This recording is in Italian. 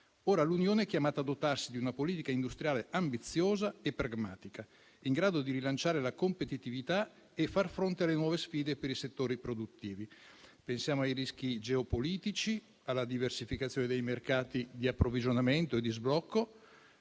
Ora l'Unione è chiamata a dotarsi di una politica industriale ambiziosa e pragmatica, in grado di rilanciare la competitività e far fronte alle nuove sfide per i settori produttivi. Pensiamo ai rischi geopolitici, alla diversificazione dei mercati di approvvigionamento e di sblocco,